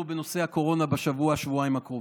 בנושא הקורונה בשבוע-שבועיים הקרובים.